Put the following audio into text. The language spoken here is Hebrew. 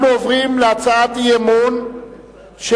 אנחנו עוברים להצעת האי-אמון של